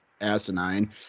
asinine